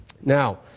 Now